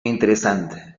interesante